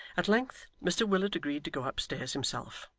at length mr willet agreed to go upstairs himself,